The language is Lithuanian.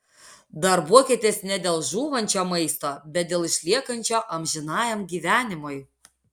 darbuokitės ne dėl žūvančio maisto bet dėl išliekančio amžinajam gyvenimui